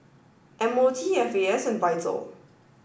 M O T F A S and VITAL